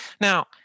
now